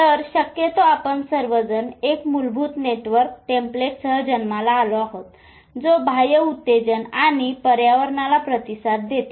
तर शक्यतो आपण सर्व जण एक मूलभूत नेटवर्क टेम्पलेटसह जन्माला आलो आहोत जो बाह्य उत्तेजन आणि पर्यावरणाला प्रतिसाद देतो